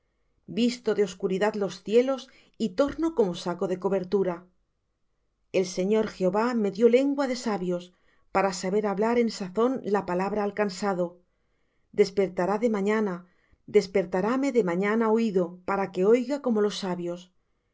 visto de oscuridad los cielos y torno como saco su cobertura el señor jehová me dió lengua de sabios para saber hablar en sazón palabra al cansado despertará de mañana despertaráme de mañana oído para que oiga como los sabios